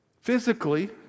Physically